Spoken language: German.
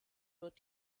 wird